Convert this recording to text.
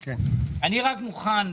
אני מוכן,